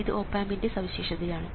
ഇത് ഓപ് ആമ്പിൻറെ സവിശേഷത ആണ്